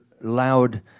loud